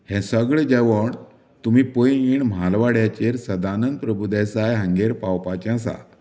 हें सगळें जेवण तुमी पैगीण महालवाड्याचेर सदानंद प्रभुदेसाय हांगेर पावोवपाचें आसात